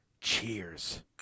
Cheers